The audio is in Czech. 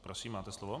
Prosím, máte slovo.